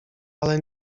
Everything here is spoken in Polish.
ale